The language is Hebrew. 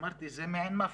אמרתי שזה מעין מאפיה,